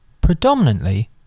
Predominantly